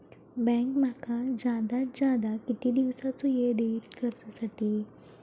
Bank माका जादात जादा किती दिवसाचो येळ देयीत कर्जासाठी?